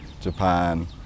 Japan